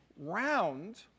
round